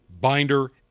binder